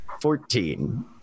Fourteen